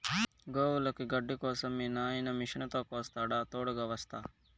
గోవులకి గడ్డి కోసం మీ నాయిన మిషనుతో కోస్తాడా తోడుగ వస్తా